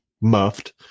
muffed